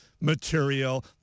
material